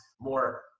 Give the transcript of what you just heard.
more